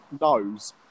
knows